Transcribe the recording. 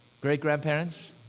great-grandparents